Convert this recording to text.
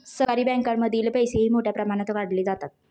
सहकारी बँकांमधील पैसेही मोठ्या प्रमाणात काढले जातात